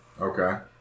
Okay